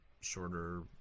shorter